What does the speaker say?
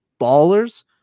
ballers